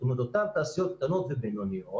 זאת אומרת שאותן תעשיות קטנות ובינוניות,